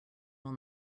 will